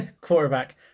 quarterback